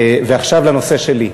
עכשיו לנושא שלי,